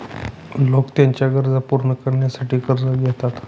लोक त्यांच्या गरजा पूर्ण करण्यासाठी कर्ज घेतात